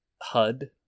HUD